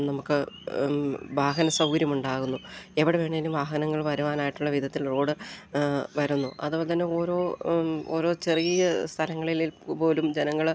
നമുക്ക് വാഹന സൗകര്യമുണ്ടാകുന്നു എവിടെ വേണമെങ്കിലും വാഹനങ്ങൾ വരുവാനായിട്ടുള്ള വിധത്തിൽ റോഡ് വരുന്നു അതുപോലെത്തന്നെ ഓരോ ഓരോ ചെറിയ സ്ഥലങ്ങളിൽ പോലും ജനങ്ങള്